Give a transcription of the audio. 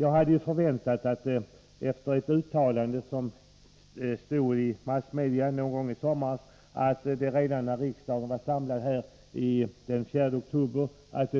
Jag hade, efter ett uttalande som gjordes i massmedia någon gång i somras, förväntat mig att det redan när riksdagen samlades den 4 oktober